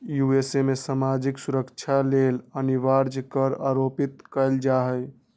USA में सामाजिक सुरक्षा लेल अनिवार्ज कर आरोपित कएल जा हइ